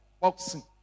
boxing